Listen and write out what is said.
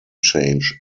change